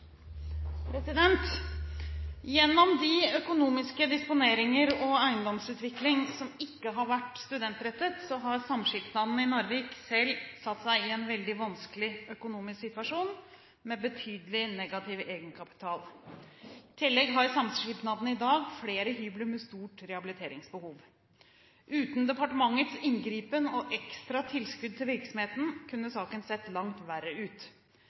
SSIN?» Gjennom økonomiske disponeringer og eiendomsutvikling som ikke har vært studentrettet, har samskipnaden i Narvik satt seg selv i en veldig vanskelig økonomisk situasjon, med betydelig negativ egenkapital. I tillegg har samskipnaden i dag flere hybler med stort rehabiliteringsbehov. Uten departementets inngripen og ekstra tilskudd til virksomheten kunne saken sett langt verre ut.